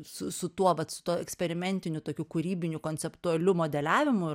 su su tuo vat su tuo eksperimentiniu tokiu kūrybiniu konceptualiu modeliavimu